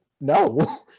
No